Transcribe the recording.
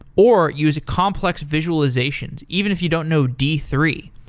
or use complex visualizations even if you don't know d three.